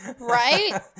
Right